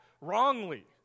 wrongly